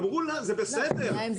אמרו לה זה בסדר, עלינו.